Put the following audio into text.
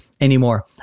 anymore